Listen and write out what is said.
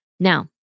Now